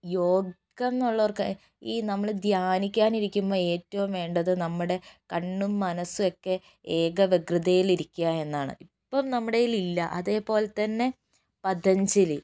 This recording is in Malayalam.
യോഗം എന്നുള്ളവർക്ക് ഈ നമ്മള് ധ്യാനിക്കാൻ ഇരിക്കുമ്പോൾ ഏറ്റവും വേണ്ടത് നമ്മുടെ കണ്ണും മനസ്സും ഒക്കെ ഏകവകൃതയിലിരിക്കുക എന്നതാണ് ഇപ്പം നമ്മുടെ കയ്യിലില്ല അതേപോലെത്തന്നെ പതഞ്ജലി